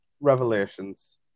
Revelations